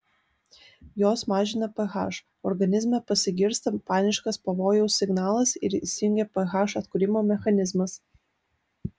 jos mažina ph organizme pasigirsta paniškas pavojaus signalas ir įsijungia ph atkūrimo mechanizmas